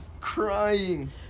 crying